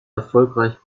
erfolgreich